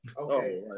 okay